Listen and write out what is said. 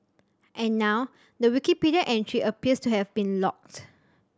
and now the Wikipedia entry appears to have been locked